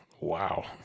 wow